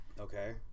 Okay